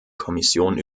kommission